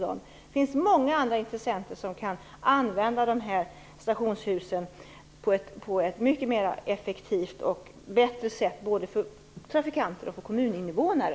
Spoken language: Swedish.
Det finns många andra intressenter som kan använda dessa stationshus på ett mycket effektivare och bättre sätt, både för trafikanter och kommuninvånare.